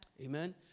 Amen